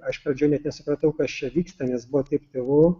aš pradžioj net nesupratau kas čia vyksta nes buvo taip tylu